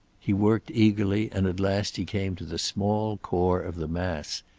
he worked eagerly, and at last he came to the small core of the mass.